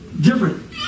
different